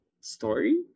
Story